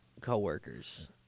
coworkers